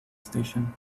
station